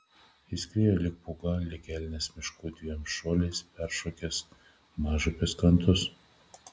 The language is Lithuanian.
jis skriejo lyg pūga lyg elnias miškų dviem šuoliais peršokęs mažupės krantus